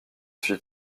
suis